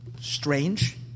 strange